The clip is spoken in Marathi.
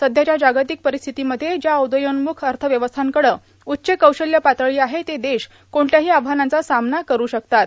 सध्याच्या वैश्विक परिस्थितीमध्ये ज्या उद्योन्मुख अर्थव्यवस्थांकडे उच्च कौशल्य पातळी आहे ते देश कोणत्याही आव्हानांचा सामना करू शकतात